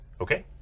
Okay